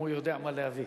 אם הוא יודע מה להביא.